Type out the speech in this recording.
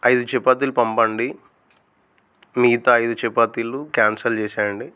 ఐదు చపాతీలు పంపండి మిగతా ఐదు చపాతీలు క్యాన్సల్ చేసేయండి